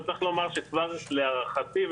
אפשר לומר שכבר להערכתי,